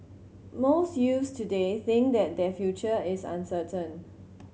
most youths today think that their future is uncertain